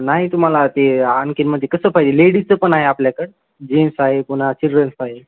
नाही तुम्हाला ते आणखीनमध्ये कसं पाहिजे लेडीजचं पण आहे आपल्याकड जीन्स आहे पुन्हा चिल्ड्रन्स आहे